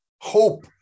hope